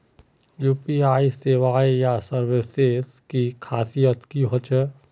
UPI सेवाएँ या services की खासियत की होचे?